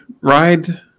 ride